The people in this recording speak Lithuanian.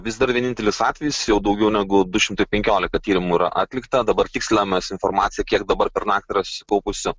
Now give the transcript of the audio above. vis dar vienintelis atvejis jau daugiau negu du šimtai penkiolika tyrimų yra atlikta dabar tikslinamas informacija kiek dabar pernakt yra susikaupusių